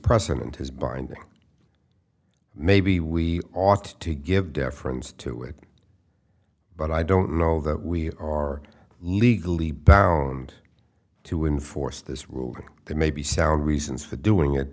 precedent is binding maybe we ought to give deference to it but i don't know that we are legally bound to enforce this rule to maybe sound reasons for doing it